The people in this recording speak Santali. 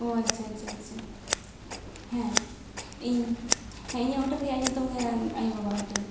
ᱚ ᱟᱪᱪᱷᱟ ᱟᱪᱪᱷᱟ ᱟᱪᱪᱷᱟ ᱦᱮᱸ ᱤᱧ ᱦᱮᱸ ᱤᱧᱟᱹᱜ ᱦᱳᱴᱮᱞ ᱨᱮᱭᱟᱜ ᱧᱩᱛᱩᱢ ᱜᱮ ᱟᱭᱳ ᱵᱟᱵᱟ ᱦᱳᱴᱮᱞ